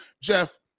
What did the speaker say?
Jeff